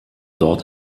dort